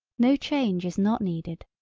no change is not needed.